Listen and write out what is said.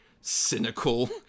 cynical